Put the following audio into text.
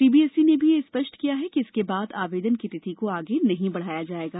CBSE ने यह भी स्पष्ट किया है कि इसके बाद आवेदन की तिथि को आगे नहीं बढ़ाया जायेगा